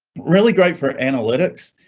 really great for analytics,